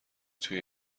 توی